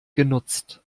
genutzt